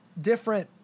different